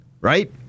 Right